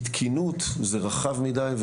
"תקינות" היא מונח רחב מדי,